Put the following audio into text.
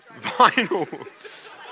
Vinyl